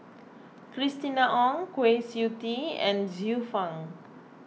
Christina Ong Kwa Siew Tee and Xiu Fang